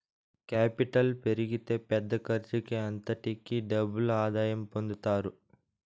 capital పెరిగితే పెద్ద ఖర్చుకి అంతటికీ డబుల్ ఆదాయం పొందుతారు